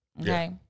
Okay